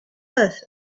earth